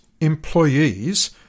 employees